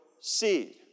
seed